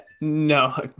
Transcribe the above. No